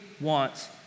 wants